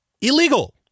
illegal